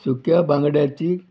सुक्या बांगड्याची